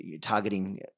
targeting